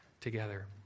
together